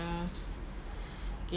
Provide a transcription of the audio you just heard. uh okay